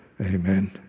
Amen